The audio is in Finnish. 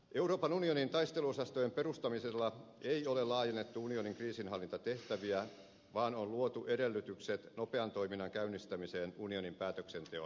euroopan unionin taisteluosastojen perustamisella ei ole laajennettu unionin kriisinhallintatehtäviä vaan on luotu edellytykset nopean toiminnan käynnistämiseen unionin päätöksenteon jälkeen